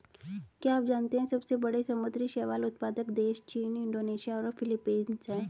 क्या आप जानते है सबसे बड़े समुद्री शैवाल उत्पादक देश चीन, इंडोनेशिया और फिलीपींस हैं?